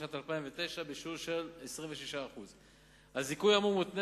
בשנת 2009 בשיעור של 26%. הזיכוי האמור מותנה